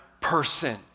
person